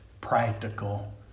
Practical